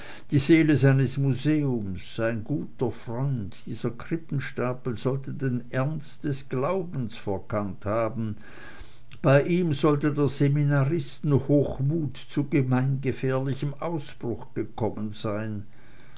die seele seines museums sein guter freund dieser krippenstapel sollte den ernst des glaubens verkannt haben bei ihm sollte der seminaristenhochmut zu gemeingefährlichem ausbruch gekommen sein